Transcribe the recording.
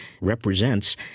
represents